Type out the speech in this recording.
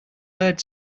heard